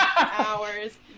hours